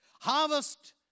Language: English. Harvest